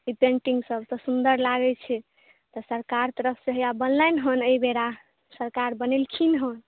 इ पेन्टिंग सभसँ सुन्दर लागै छै तऽ सरकार तरफसँ हैया बनलनि हँ एहिबेर सरकार बनेलखिन हँ